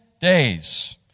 days